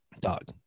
Dog